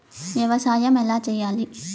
వ్యవసాయం ఎలా చేయాలి?